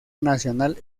nacional